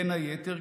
בין היתר,